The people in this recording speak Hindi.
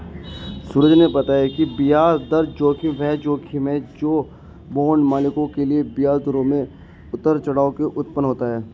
सूरज ने बताया कि ब्याज दर जोखिम वह जोखिम है जो बांड मालिकों के लिए ब्याज दरों में उतार चढ़ाव से उत्पन्न होता है